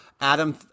Adam